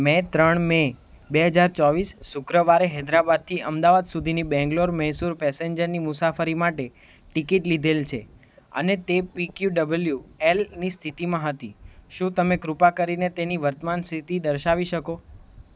મેં ત્રણ મે બે હજાર ચોવીસ શુક્રવારે હૈદરાબાદથી અમદાવાદ સુધીની બેંગ્લોર મૈસૂર પેસેન્જરની મુસાફરી માટે ટિકિટ લીધેલ છે અને તે પીક્યુ ડબલ્યુ એલની સ્થિતિમાં હતી શું તમે કૃપા કરીને તેની વર્તમાન સ્થિતિ દર્શાવી શકો